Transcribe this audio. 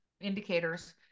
indicators